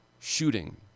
shooting